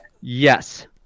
Yes